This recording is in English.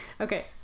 Okay